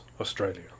Australia